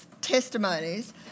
testimonies